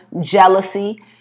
jealousy